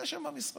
זה שם המשחק.